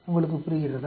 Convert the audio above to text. உங்களுக்கு புரிகிறதா